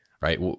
right